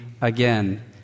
again